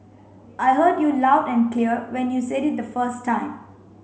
I heard you loud and clear when you said it the first time